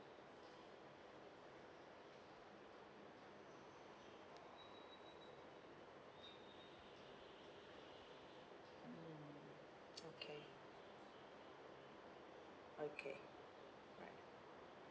okay okay